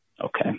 Okay